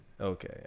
okay